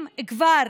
אם כבר